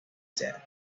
said